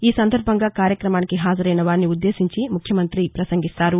ఈ సందర్బంగా కార్యక్రమానికి హాజరైన వారిని ఉద్దేశించి ముఖ్యమంత్రి ప్రసంగిస్తారు